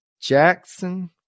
Jackson